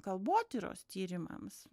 kalbotyros tyrimams